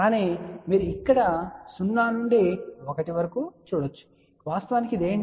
కానీ మీరు ఇక్కడ 0 నుండి 1 వరకు చూడవచ్చు వాస్తవానికి ఇది ఏమిటి